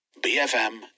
BFM